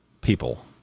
people